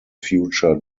future